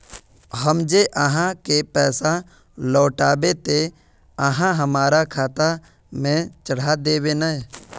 हम जे आहाँ के पैसा लौटैबे ते आहाँ हमरा खाता में चढ़ा देबे नय?